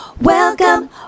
welcome